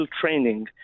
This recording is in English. training